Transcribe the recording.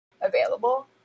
available